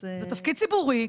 זה תפקיד ציבורי.